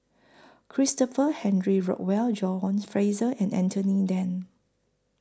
Christopher Henry Rothwell John Fraser and Anthony Then